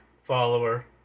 follower